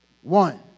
one